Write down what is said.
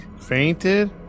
Fainted